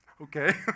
okay